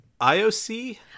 IOC